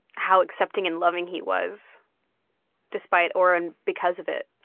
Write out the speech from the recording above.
how accepting and loving he was despite or and because of it